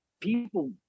People